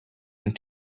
and